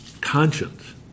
conscience